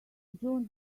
june